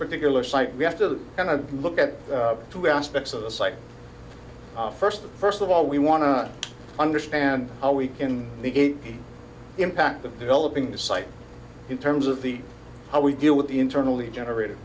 particular site we have to look at two aspects of the site first first of all we want to understand how we can negate the impact of developing the site in terms of the how we deal with the internally generated